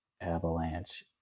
Avalanche